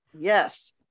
Yes